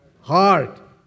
heart